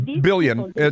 billion